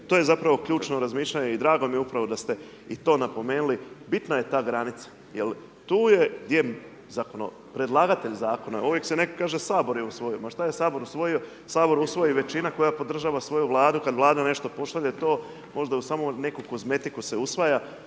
to je zapravo ključno razmišljanje i drago mi je upravo da ste i to napomenuli. Bitna je ta granica jer tu je predlagatelj zakona, uvijek se kaže Sabor je usvojio, ma šta je Sabor usvojio, Sabor usvoji većina koja podržava svoju Vladu, kad Vlada nešto pošalje to, možda u samo neku kozmetiku se usvaja